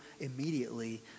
immediately